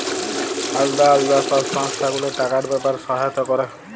আলদা আলদা সব সংস্থা গুলা টাকার ব্যাপারে সহায়তা ক্যরে